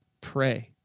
Pray